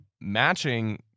matching